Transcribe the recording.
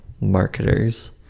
marketers